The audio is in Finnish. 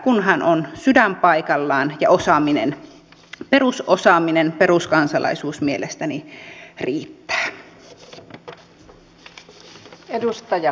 kunhan on sydän paikallaan niin osaaminen perusosaaminen peruskansalaisuus mielestäni riittää